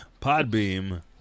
Podbeam